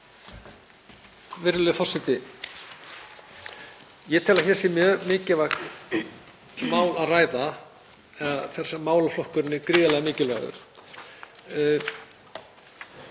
Virðulegur forseti. Ég tel að hér sé um mjög mikilvægt mál að ræða þar sem málaflokkurinn er gríðarlega mikilvægur.